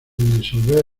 disolver